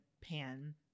pan